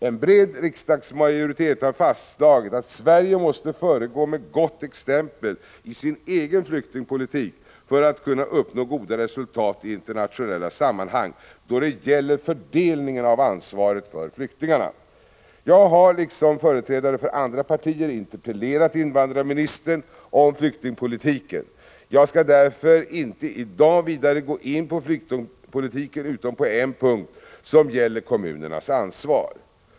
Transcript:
En bred riksdagsmajoritet har fastslagit att Sverige måste föregå med gott exempel i sin egen flyktingpolitik för att kunna uppnå goda resultat i internationella sammanhang då det gäller fördelningen av ansvaret för flyktingarna. Jag har, liksom företrädare för andra partier, interpellerat invandrarministern om flyktingpolitiken. Jag skall därför inte i dag gå närmare in på flyktingpolitiken utom på en punkt, beträffande kommunernas ansvar.